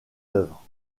œuvre